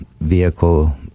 vehicle